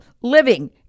living